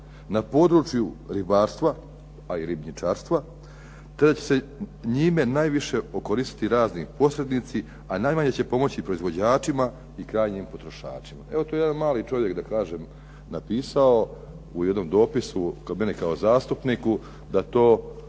na području ribarstva, a i ribničarstva, te da će se njime okoristiti najviše razni posrednici, a najmanje će pomoći proizvođačima i krajnjim potrošačima. Evo to je jedan mali čovjek da kažem napisao u jednom dopisu mene kao zastupniku da to